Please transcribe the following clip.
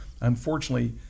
unfortunately